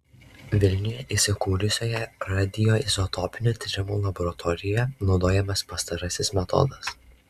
vilniuje įsikūrusioje radioizotopinių tyrimų laboratorijoje naudojamas pastarasis metodas